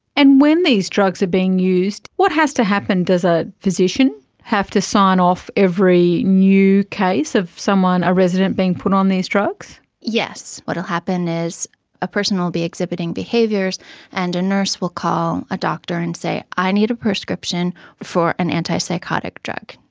and when these drugs are being used, what has to happen? does a physician have to sign off every new case of someone, a resident, being put on these drugs? yes. what will happen is a person will be exhibiting behaviours and a nurse will call a doctor and say i need a prescription for an antipsychotic drug.